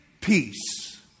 peace